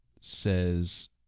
says